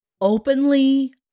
Openly